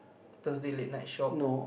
Thursday late night shop